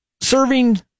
serving